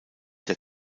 der